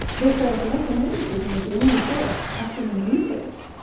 therefore, if electromagnetism was the only force acting in the nucleus,